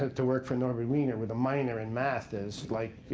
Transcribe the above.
ah to work for norbert wiener with a minor in math is like,